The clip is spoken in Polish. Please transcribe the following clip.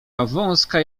wąska